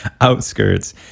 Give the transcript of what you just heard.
outskirts